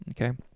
okay